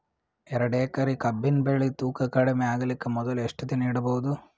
ಎರಡೇಕರಿ ಕಬ್ಬಿನ್ ಬೆಳಿ ತೂಕ ಕಡಿಮೆ ಆಗಲಿಕ ಮೊದಲು ಎಷ್ಟ ದಿನ ಇಡಬಹುದು?